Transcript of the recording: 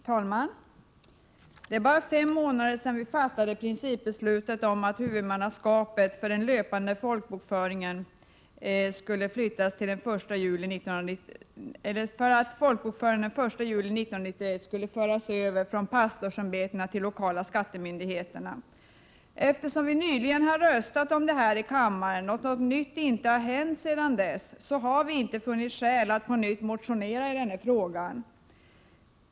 Herr talman! Det är bara fem månader sedan vi fattade ett principbeslut om att huvudmannaskapet för den löpande folkbokföringen den 1 juli 1991 skulle föras över från pastorsämbetena till de lokala skattemyndigheterna. Eftersom vi nyligen har röstat om det här i kammaren och något nytt inte har hänt sedan dess, har vi inte funnit skäl att på nytt motionera i frågan.